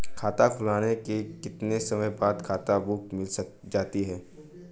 खाता खुलने के कितने समय बाद खाता बुक मिल जाती है?